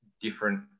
different